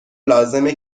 لازمه